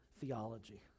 theology